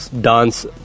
dance